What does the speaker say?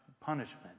Punishment